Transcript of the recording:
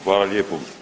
Hvala lijepo.